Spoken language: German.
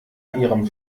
ihrem